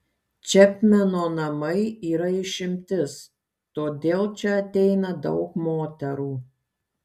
čepmeno namai yra išimtis todėl čia ateina daug moterų